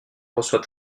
reçoit